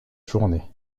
journée